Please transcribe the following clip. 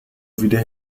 wieder